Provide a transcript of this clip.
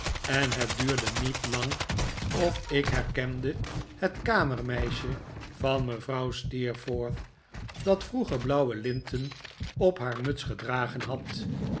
en het duurde niet lang of ik herkende het kamermeisje van mevrouw steerforth dat vroeger blauwe linten op haar muts gedragen had